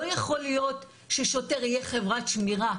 לא יכול להיות ששוטר יהיה חברת שמירה.